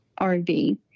RV